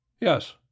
Yes